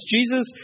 Jesus